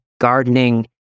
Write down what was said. gardening